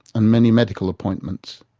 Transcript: and many medical appointments.